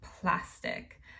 plastic